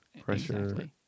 Pressure